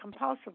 compulsively